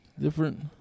different